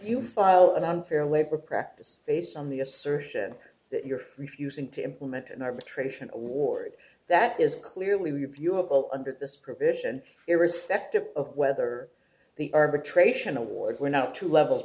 you file an unfair labor practice based on the assertion that you're refusing to implement an arbitration award that is clearly viewable under this provision irrespective of whether the arbitration award were not to levels